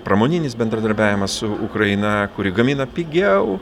pramoninis bendradarbiavimas su ukraina kuri gamina pigiau